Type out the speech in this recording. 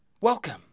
welcome